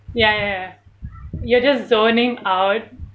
ya ya ya you're just zoning out